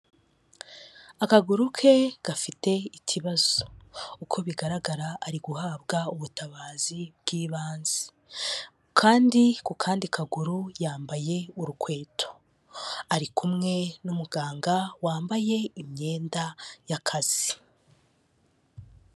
Akaguru ke gafite ikibazo, uko bigaragara ari guhabwa ubutabazi bw'ibanze, kandi ku kandi kaguru yambaye urukweto, ari kumwe n'umuganga wambaye imyenda y'akazi.